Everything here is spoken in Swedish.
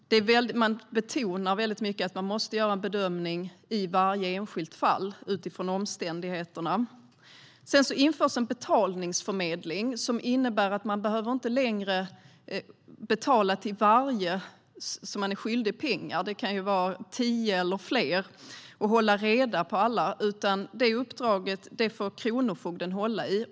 Det betonas mycket att det måste göras en bedömning i varje enskilt fall utifrån omständigheterna. Sedan införs en betalningsförmedling. Det innebär att man inte längre behöver betala direkt till alla som man är skyldig pengar - det kan ju vara tio eller fler. Det uppdraget får kronofogden hålla i.